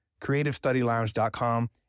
CreativeStudyLounge.com